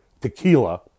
tequila